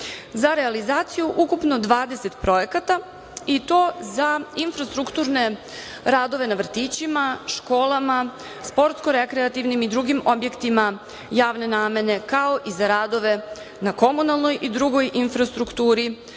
Za realizaciju ukupno 20 projekata i to za infrastrukturne radove na vrtićima, školama, sportsko-rekreativnim i drugim objektima javne namene, kao i za radove na komunalnoj i drugoj infrastrukturi,